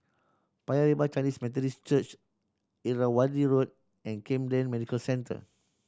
Paya Lebar Chinese Methodist Church Irrawaddy Road and Camden Medical Centre